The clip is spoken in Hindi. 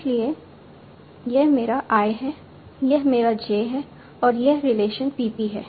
इसलिए यह मेरा i है यह मेरा j है और यह रिलेशन PP है